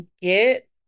get